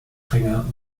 strenger